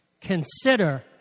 Consider